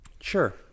sure